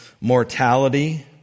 mortality